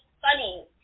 funny